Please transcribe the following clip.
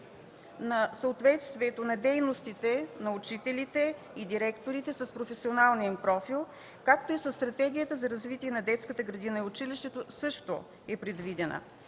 на съответствието на дейностите на учителите и директорите с професионалния им профил, както и със стратегията за развитието на детската градина и училището, която също е предвидена.